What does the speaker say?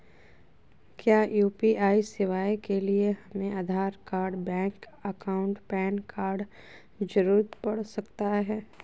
क्या यू.पी.आई सेवाएं के लिए हमें Aadhaar card bank account PAN card की जरूरत पड़ सकता है?